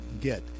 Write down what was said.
get